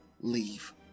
Leave